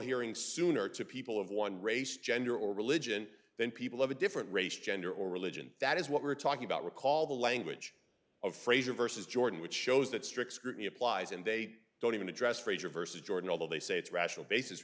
hearing sooner to people of one race gender or religion than people of a different race gender or religion that is what we're talking about recall the language of fraser versus jordan which shows that strict scrutiny applies and they don't even address frazier versus jordan although they say it's rational bas